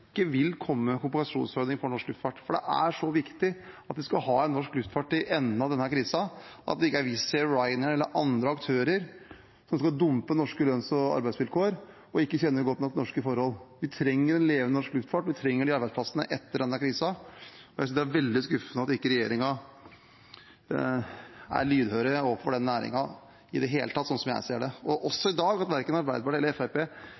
vil komme med en kompensasjonsordning for norsk luftfart, for det er så viktig at vi har norsk luftfart i enden av denne krisen, og at det ikke er Wizz Air, Ryanair eller andre aktører som skal dumpe norske lønns- og arbeidsvilkår, og som ikke kjenner godt nok norske forhold. Vi trenger en levende norsk luftfart, vi trenger disse arbeidsplassene etter denne krisen, og jeg synes det er veldig skuffende at regjeringen ikke i det hele tatt er lydhøre overfor denne næringen, som jeg ser det. Og også i dag: at verken Arbeiderpartiet eller